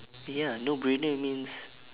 ya no-brainer means